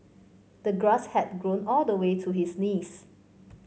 the grass had grown all the way to his knees